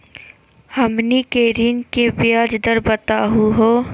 हमनी के ऋण के ब्याज दर बताहु हो?